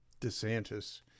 DeSantis